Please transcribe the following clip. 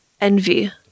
envy